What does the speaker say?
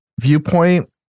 viewpoint